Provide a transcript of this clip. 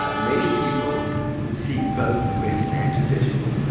ah many people would seek both western and traditional,